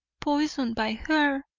poisoned by her.